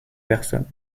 personnes